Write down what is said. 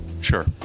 Sure